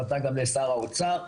פנתה גם לשר האוצר,